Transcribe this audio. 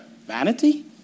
vanity